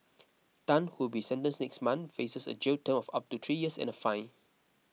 Tan who will be sentenced next month faces a jail term of up to three years and a fine